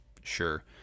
sure